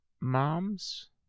moms